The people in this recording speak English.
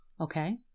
Okay